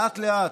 לאט-לאט,